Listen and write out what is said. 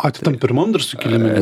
a tai tam pirmam dar sukilime